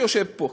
שיושב פה,